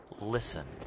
listen